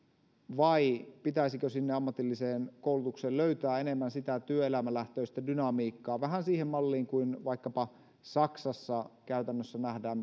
vai pitäisikö sinne ammatilliseen koulutukseen löytää enemmän sitä työelämälähtöistä dynamiikkaa vähän siihen malliin kuin vaikkapa saksassa käytännössä nähdään